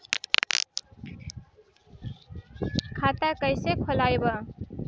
खाता कईसे खोलबाइ?